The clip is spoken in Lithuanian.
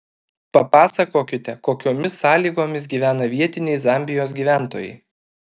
papasakokite kokiomis sąlygomis gyvena vietiniai zambijos gyventojai